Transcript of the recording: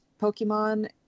Pokemon